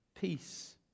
Peace